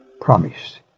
promised